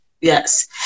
Yes